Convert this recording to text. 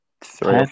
three